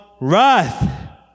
wrath